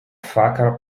faca